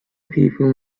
people